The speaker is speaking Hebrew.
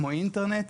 כמו אינטרנט.